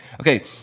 Okay